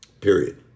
Period